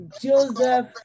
Joseph